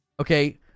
Okay